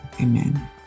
Amen